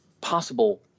possible